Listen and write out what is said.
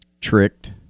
tricked